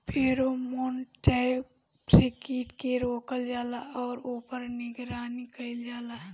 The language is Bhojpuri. फेरोमोन ट्रैप से कीट के रोकल जाला और ऊपर निगरानी कइल जाला?